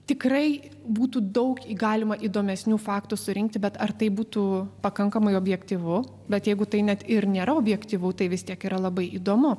tikrai būtų daug galima įdomesnių faktų surinkti bet ar tai būtų pakankamai objektyvu bet jeigu tai net ir nėra objektyvu tai vis tiek yra labai įdomu